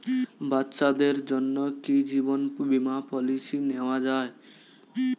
বাচ্চাদের জন্য কি জীবন বীমা পলিসি নেওয়া যায়?